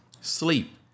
sleep